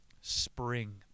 Spring